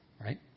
right